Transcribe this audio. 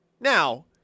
Now